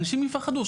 אנשים יפחדו.